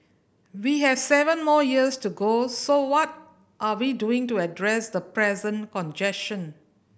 we have seven more years to go so what are we doing to address the present congestion